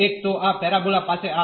તો આ પેરાબોલા પાસે આ હશે